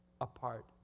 apart